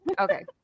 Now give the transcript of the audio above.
Okay